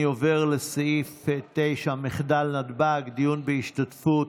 אני עובר לסעיף 9: מחדל נתב"ג, דיון בהשתתפות